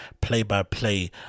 play-by-play